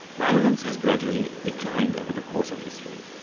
violence has gradually declined over the course of history.